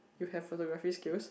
you have photography skills